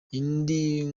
indi